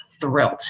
thrilled